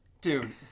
dude